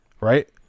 right